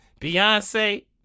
Beyonce